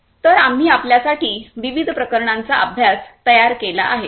तर आम्ही आपल्यासाठी विविध प्रकरणांचा अभ्यास तयार केला आहे